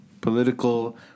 political